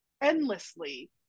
endlessly